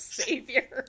savior